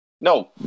No